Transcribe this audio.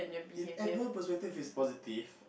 if everyone perspective is positive